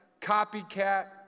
copycat